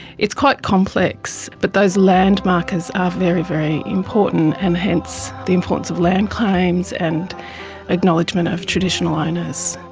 it's quite complex, but those land markers are very, very important, and hence the importance of land claims and acknowledgement of traditional owners.